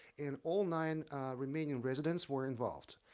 and all nine remaining residents were involved.